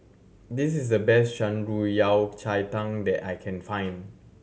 this is the best Shan Rui Yao Cai Tang that I can find